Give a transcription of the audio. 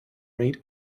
rate